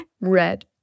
red